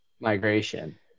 migration